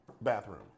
bathroom